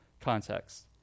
context